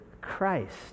christ